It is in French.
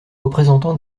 représentants